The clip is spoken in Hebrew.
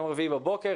יום רביעי בבוקר,